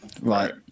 right